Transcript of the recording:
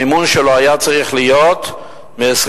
המימון שלה היה צריך להיות מ-21,000